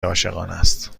عاشقانست